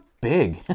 big